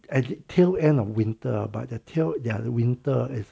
at the tail end of winter but the tail ya the winter all these